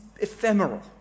ephemeral